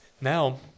Now